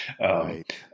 Right